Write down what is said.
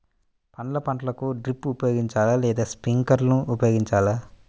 పండ్ల పంటలకు డ్రిప్ ఉపయోగించాలా లేదా స్ప్రింక్లర్ ఉపయోగించాలా?